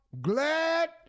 glad